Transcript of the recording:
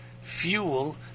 fuel